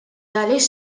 għaliex